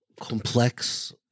complex